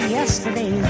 yesterday